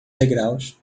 degraus